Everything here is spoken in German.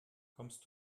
kommst